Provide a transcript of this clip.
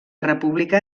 república